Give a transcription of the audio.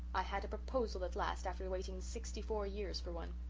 i had a proposal at last, after waiting sixty-four years for one.